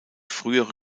frühere